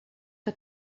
que